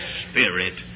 spirit